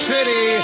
City